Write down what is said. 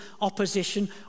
opposition